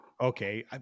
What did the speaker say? Okay